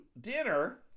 dinner